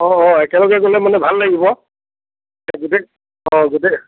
অঁ অঁ একেলগে গ'লে মানে ভাল লাগিব গোটে অঁ গোটেই